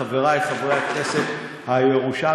עם חברי חברי הכנסת הירושלמים,